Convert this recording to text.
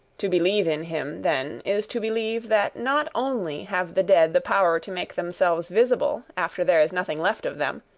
to believe in him, then, is to believe that not only have the dead the power to make themselves visible after there is nothing left of them,